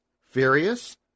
Furious